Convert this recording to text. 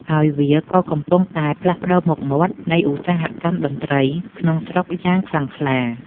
ហើយវាក៏កំពុងតែផ្លាស់ប្តូរមុខមាត់នៃឧស្សាហកម្មតន្ត្រីក្នុងស្រុកយ៉ាងខ្លាំងក្លា។